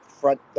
front